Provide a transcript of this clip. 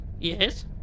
yes